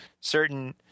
certain